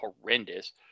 horrendous